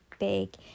Big